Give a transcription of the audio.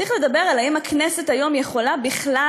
צריך לומר האם הכנסת היום יכולה בכלל